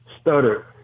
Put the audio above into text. Stutter